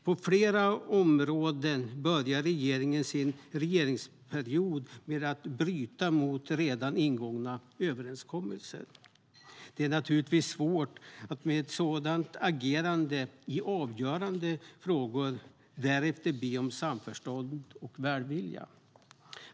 På flera områden började regeringen sin regeringsperiod med att bryta mot redan ingångna överenskommelser. Det är naturligtvis svårt att efter ett sådant agerande i avgörande frågor be om samförstånd och välvilja.